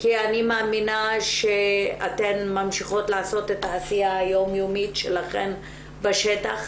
כי אני מאמינה שאתן ממשיכות לעשות את העשייה היום יומית שלכן בשטח,